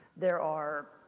there are,